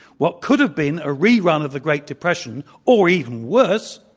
what could have been a rerun of the great depression, or even worse,